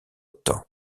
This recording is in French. temps